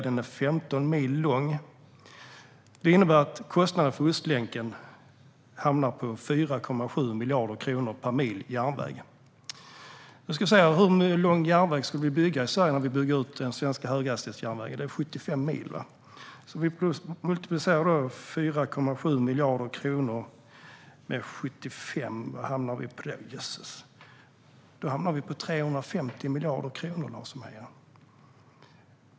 Den är 15 mil lång, vilket innebär att kostnaden för Ostlänken hamnar på 4,7 miljarder kronor per mil järnväg. Nu ska vi se. Hur lång ska den svenska höghastighetsjärnvägen vara om vi bygger den - 75 mil? Vi multiplicerar 4,7 miljarder kronor med 75 mil. Vad hamnar vi på då? Jösses! Vi hamnar på 350 miljarder kronor, Lars Mejern Larsson!